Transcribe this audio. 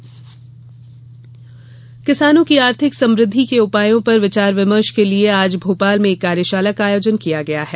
कार्यशाला किसानों की आर्थिक समृद्धि के उपायों पर विचार विमर्श के लिये आज भोपाल में एक कार्यशाला का आयोजन किया गया है